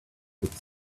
its